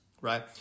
right